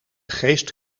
geest